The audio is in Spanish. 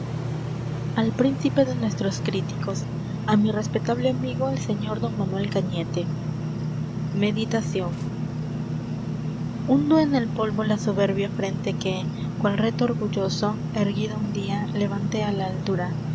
al príncipe de nuestros críticos á mi respetable amigo el señor don manuel cañete meditacion hundo en el polvo la soberbia frente que cual reto orgulloso erguida un dia levanté á la altura